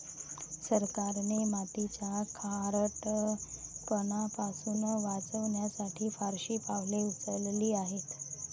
सरकारने मातीचा खारटपणा पासून वाचवण्यासाठी फारशी पावले उचलली आहेत